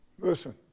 Listen